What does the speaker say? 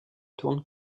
tourne